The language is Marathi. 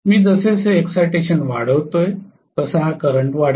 मी जसेजसे एक्साईटेशन वाढवतो तसा हा करंट वाढेल